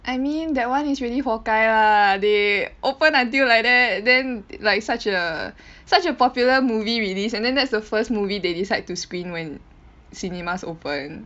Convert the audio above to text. I mean that one is really 活该 lah they open until like that then like such a such a popular movie released and then that's the first movie they decide to screen when cinemas open